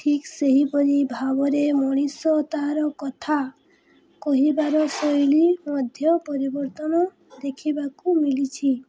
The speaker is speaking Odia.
ଠିକ୍ ସେହିପରି ଭାବରେ ମଣିଷ ତା'ର କଥା କହିବାର ଶୈଲୀ ମଧ୍ୟ ପରିବର୍ତ୍ତନ ଦେଖିବାକୁ ମିଲିଛି